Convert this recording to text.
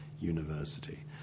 university